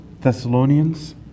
Thessalonians